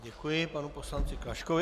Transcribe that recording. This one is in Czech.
Děkuji panu poslanci Klaškovi.